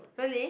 really